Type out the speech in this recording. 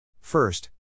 First